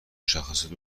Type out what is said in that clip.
مشخصات